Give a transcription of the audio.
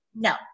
No